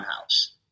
House